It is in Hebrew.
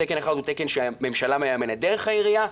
תקן אחד הוא תקן שהממשלה מממנת דרך העירייה,